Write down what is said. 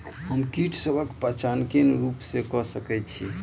हम कीटसबक पहचान कोन रूप सँ क सके छी?